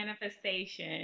manifestation